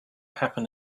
happen